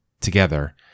Together